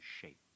shape